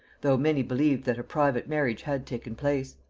though many believed that a private marriage had taken place.